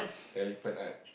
elephant art